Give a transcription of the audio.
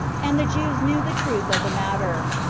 and the jews knew the truth of the matter,